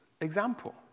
example